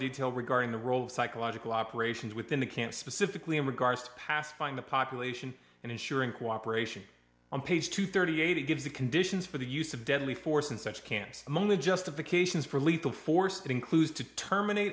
detail regarding the role of psychological operations within the can't specifically in regards to pacifying the population and ensuring cooperation on page two thirty eight gives the conditions for the use of deadly force and such can't among the justifications for lethal force includes to terminate